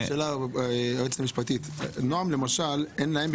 הישיבה ננעלה בשעה 09:50.